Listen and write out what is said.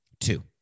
Two